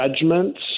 judgments